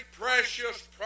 precious